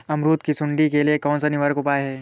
अमरूद की सुंडी के लिए कौन सा निवारक उपाय है?